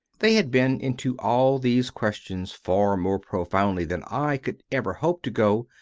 they had been into all these questions far more profoundly than i could ever hope to go,